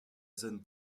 zone